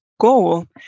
goal